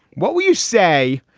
what would you say?